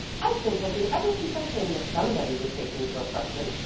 i've been hoping ever since i came that somebody would take me for a freshman.